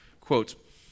quote